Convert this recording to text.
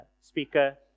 speaker